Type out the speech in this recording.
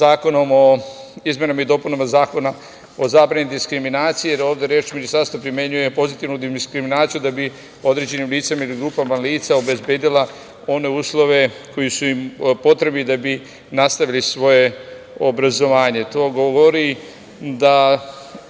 Zakonom o izmenama i dopunama Zakona o zabrani diskriminacije, jer ovde Ministarstvo primenjuje pozitivnu diskriminaciju da bi određenim licima ili grupama lica obezbedila one uslove koji su im potrebni da bi nastavili svoje obrazovanje. To govori da